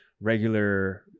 regular